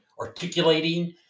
articulating